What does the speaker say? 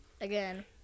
again